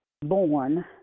born